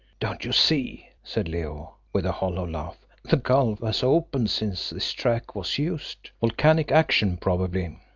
don't you see, said leo, with a hollow laugh, the gulf has opened since this track was used volcanic action probably.